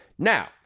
Now